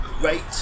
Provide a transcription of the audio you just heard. great